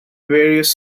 various